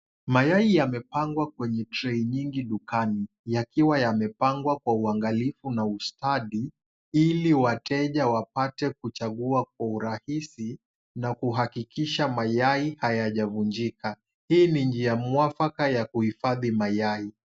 Mayai yamepangwa kwenye tray nyingi dukani, yakiwa yamepangwa kwa uangalifu na ustadi, ili wateja wapate kuchagua kwa urahisi, na kuhakikisha mayai hayajavunjika. Hii ni njia mwafaka ya kuhifadhi mayai.